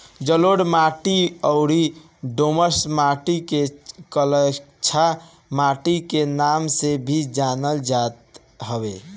जलोढ़ माटी अउरी दोमट माटी के कछार माटी के नाम से भी जानल जात हवे